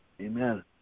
Amen